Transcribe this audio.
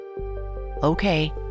Okay